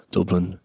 Dublin